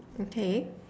okay